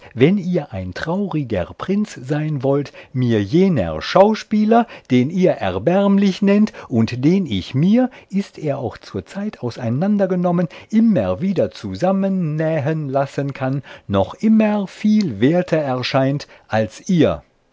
wenn ihr ein trauriger prinz sein wollt mir jener schauspieler den ihr erbärmlich nennt und den ich mir ist er auch zurzeit auseinandergenommen immer wieder zusammennähen lassen kann noch immer viel werter erscheint als ihr